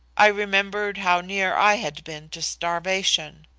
i remembered how near i had been to starvation.